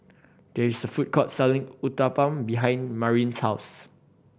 there is a food court selling Uthapam behind Marin's house